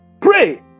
Pray